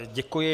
Děkuji.